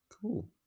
Cool